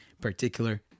particular